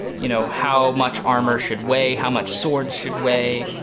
you know how much armor should weigh how much swords should weigh.